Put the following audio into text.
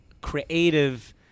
creative